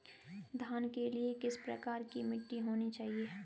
धान के लिए किस प्रकार की मिट्टी होनी चाहिए?